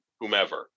whomever